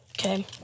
okay